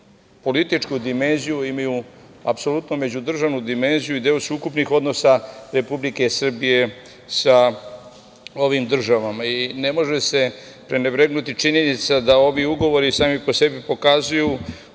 političku dimenziju i imaju apsolutno međudržavnu dimenziju i deo su ukupnih odnosa Republike Srbije sa ovim državama. Ne može se prenebregnuti činjenica da ovi ugovori sami po sebi pokazuju